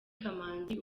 kamanzi